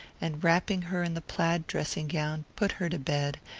and wrapping her in the plaid dressing-gown put her to bed,